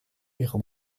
ihre